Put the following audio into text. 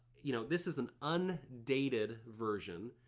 you know, this is an undated version.